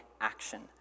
action